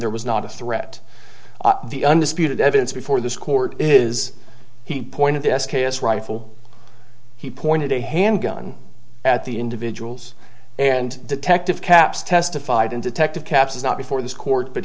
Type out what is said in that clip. there was not a threat the undisputed evidence before this court is the point of this case rifle he pointed a handgun at the individuals and detective capps testified in detective caps is not before this court but